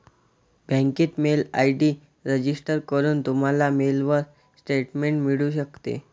बँकेत mail ID register करून, तुम्हाला मेलवर स्टेटमेंट मिळू शकते